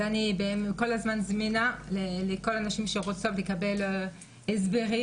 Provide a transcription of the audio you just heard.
אז אני כל הזמן זמינה לכל הנשים שרוצות לקבל הסברים.